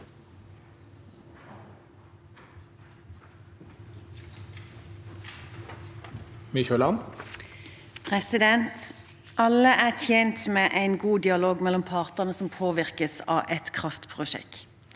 Alle er tjent med en god dialog mellom partene som påvirkes av et kraftprosjekt,